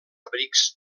abrics